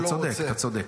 אתה צודק, אתה צודק.